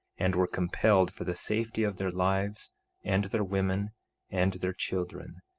and were compelled, for the safety of their lives and their women and their children,